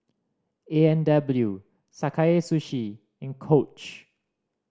A and W Sakae Sushi and Coach